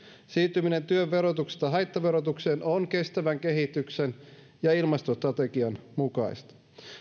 siirtyminen työn verotuksesta haittaverotukseen on kestävän kehityksen ja ilmastostrategian mukaista